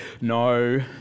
No